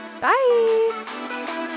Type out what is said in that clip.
Bye